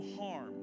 harm